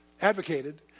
advocated